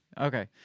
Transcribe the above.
okay